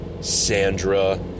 Sandra